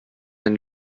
ein